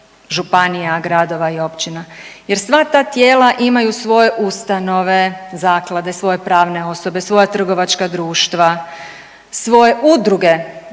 županija, gradova i općina, jer sva ta tijela imaju svoje ustanove, zaklade, svoje pravne osobe, svoja trgovačka društva, svoje udruge,